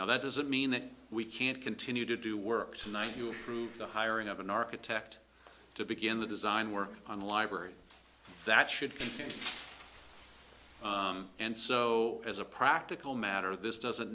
now that doesn't mean that we can't continue to do work tonight you prove the hiring of an architect to begin the design work on the library that should change and so as a practical matter this doesn't